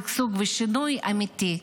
שגשוג ושינוי אמיתי,